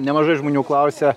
nemažai žmonių klausia